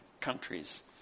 countries